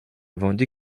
vendu